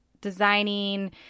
designing